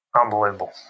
unbelievable